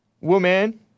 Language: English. woman